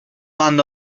one